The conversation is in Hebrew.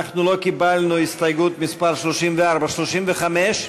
אנחנו לא קיבלנו הסתייגות מס' 34. 35?